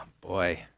boy